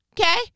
Okay